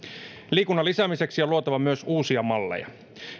liikunnan lisäämiseksi on luotava myös uusia malleja